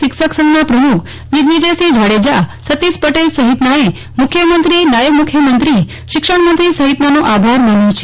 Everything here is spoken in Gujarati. શિક્ષકસંઘના પ્રમુખ દિગ્વિજયસિંફ જાડેજા સતીષ પટેલ સફિતનાએ મુખ્યમંત્રી નાયબ મુખ્યમંત્રી શિક્ષણમંત્રી સફિતનાનો આભાર માન્યો છે